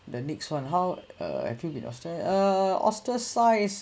the next one how uh I feel with ostra~ uh ostracized